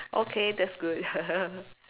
okay that's good